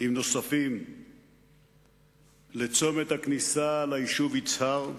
עם אנשים נוספים לצומת הכניסה ליישוב יצהר,